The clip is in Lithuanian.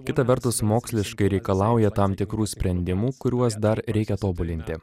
kita vertus moksliškai reikalauja tam tikrų sprendimų kuriuos dar reikia tobulinti